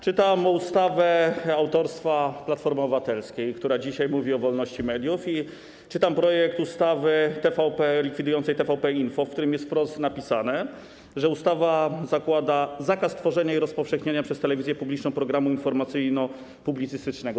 Czytam ustawę autorstwa Platformy Obywatelskiej, która dzisiaj mówi o wolności mediów, i czytam projekt ustawy likwidującej TVP Info, w którym jest wprost napisane, że ustawa zakłada zakaz tworzenia i rozpowszechniania przez telewizję publiczną programu informacyjno-publicystycznego.